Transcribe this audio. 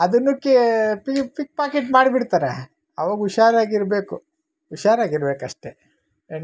ಅದುನುಕ್ಕೆ p pickpocket ಮಾಡಿ ಬಿಡ್ತಾರೆ ಅವಾಗ ಹುಷಾರಾಗಿರಬೇಕು ಹುಷಾರಾಗಿರ್ಬೇಕು ಅಷ್ಟೇ ಹೆಣ್ಣ್